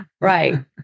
Right